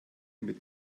mit